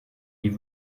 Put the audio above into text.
die